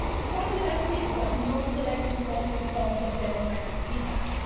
problematic, but nonetheless important forms of democratic feedback.